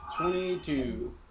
Twenty-two